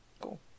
cool